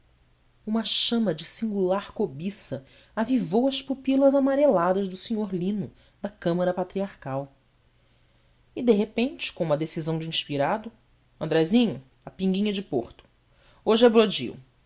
uma chama de singular cobiça avivou as pupilas amareladas do senhor lino da câmara patriarcal e de repente com uma decisão de inspirado andrezinho a pinguinha de porto hoje é bródio